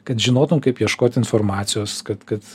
kad žinotum kaip ieškot informacijos kad kad